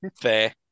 Fair